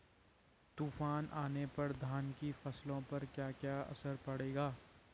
तूफान आने पर धान की फसलों पर क्या असर पड़ेगा?